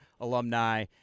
alumni